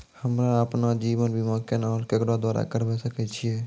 हमरा आपन जीवन बीमा केना और केकरो द्वारा करबै सकै छिये?